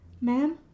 Ma'am